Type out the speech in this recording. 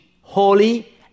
holy